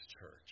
church